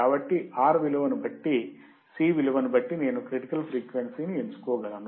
కాబట్టి R విలువను బట్టి C విలువను బట్టి నేను క్రిటికల్ ఫ్రీక్వెన్సీ ఎంచుకోగలను